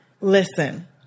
Listen